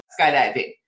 skydiving